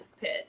pit